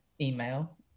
email